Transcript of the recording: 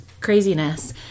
craziness